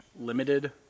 Limited